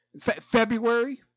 February